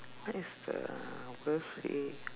what is the worst way